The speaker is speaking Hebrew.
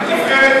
לתפארת